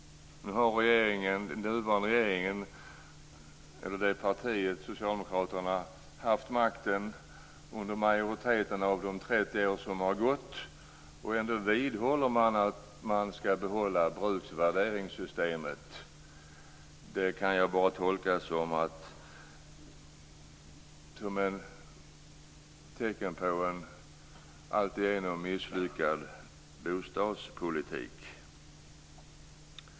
Nu har nuvarande regeringspartiet, Socialdemokraterna, haft makten under majoriteten av de 30 år som har gått. Ändå vidhåller man att man skall behålla bruksvärdessystemet. Det kan jag bara tolka som ett tecken på en alltigenom misslyckad bostadspolitik.